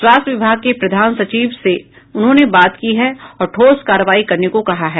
स्वास्थ्य विभाग के प्रधान सचिव से उन्होंने बात की है और ठोस कार्रवाई करने को कहा है